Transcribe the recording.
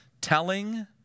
telling